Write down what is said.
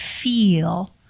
feel